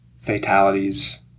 fatalities